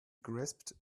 grasped